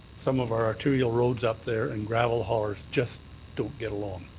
some of our arterial roads up there and gravel haulers just don't get along.